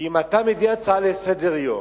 כי אם אתה מביא הצעה לסדר-היום